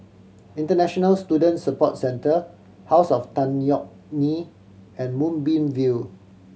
International Student Support Centre House of Tan Yeok Nee and Moonbeam View